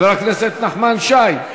חבר הכנסת נחמן שי,